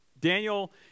Daniel